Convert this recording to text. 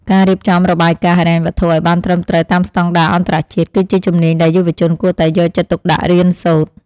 ការរៀបចំរបាយការណ៍ហិរញ្ញវត្ថុឱ្យបានត្រឹមត្រូវតាមស្តង់ដារអន្តរជាតិ គឺជាជំនាញដែលយុវជនគួរតែយកចិត្តទុកដាក់រៀនសូត្រ។